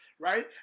right